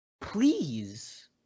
Please